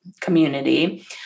community